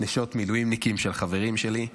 נשות מילואימניקים שהם חברים שלי,